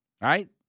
right